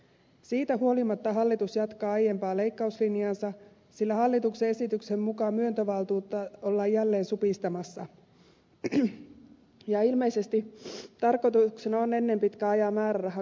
siitä huolimatta hallitus jatkaa aiempaa leikkauslinjaansa sillä hallituksen esityksen mukaan myöntövaltuutta ollaan jälleen supistamassa ja ilmeisesti tarkoituksena on ennen pitkää ajaa määräraha kokonaan alas